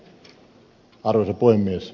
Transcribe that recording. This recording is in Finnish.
arvoisa puhemies